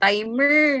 Timer